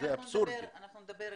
אנחנו נדבר ונראה.